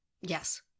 Yes